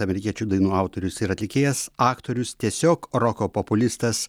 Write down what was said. amerikiečių dainų autorius ir atlikėjas aktorius tiesiog roko populistas